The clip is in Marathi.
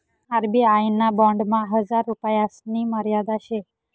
आर.बी.आय ना बॉन्डमा हजार रुपयासनी मर्यादा शे